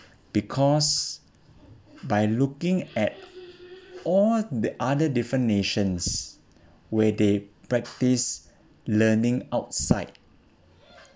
because by looking at all the other different nations where they practice learning outside